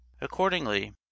accordingly